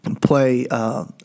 play